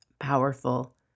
Powerful